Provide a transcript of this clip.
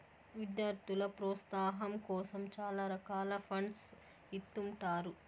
విద్యార్థుల ప్రోత్సాహాం కోసం చాలా రకాల ఫండ్స్ ఇత్తుంటారు